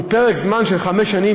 ופרק זמן של חמש שנים,